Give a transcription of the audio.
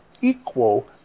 equal